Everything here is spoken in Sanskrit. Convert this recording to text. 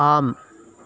आम्